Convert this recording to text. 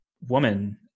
woman